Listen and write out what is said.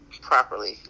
properly